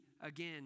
again